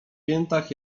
piętach